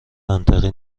منطقی